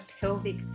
pelvic